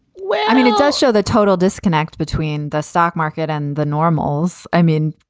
well, i mean, it does show the total disconnect between the stock market and the normals. i mean,